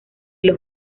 los